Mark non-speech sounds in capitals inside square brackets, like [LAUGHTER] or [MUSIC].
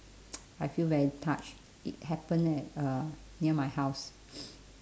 [NOISE] I feel very touched it happened at uh near my house [NOISE]